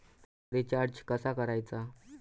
Recharge कसा करायचा?